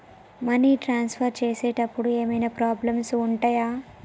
Money transfer చేసేటప్పుడు ఏమైనా problems ఉంటయా?